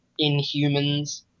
Inhumans